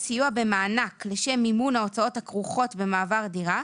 סיוע במענק לשם מימון ההוצאות הכרוכות במעבר דירה,